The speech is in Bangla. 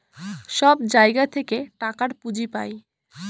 সব জায়গা থেকে টাকার পুঁজি পাই